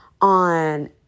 on